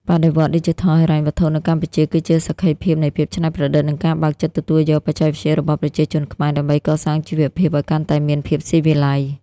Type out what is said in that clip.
បដិវត្តន៍ឌីជីថលហិរញ្ញវត្ថុនៅកម្ពុជាគឺជាសក្ខីភាពនៃភាពច្នៃប្រឌិត និងការបើកចិត្តទទួលយកបច្ចេកវិទ្យារបស់ប្រជាជនខ្មែរ ដើម្បីកសាងជីវភាពឱ្យកាន់តែមានភាពស៊ីវិល័យ។